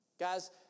Guys